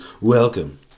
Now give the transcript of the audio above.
welcome